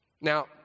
Now